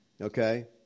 okay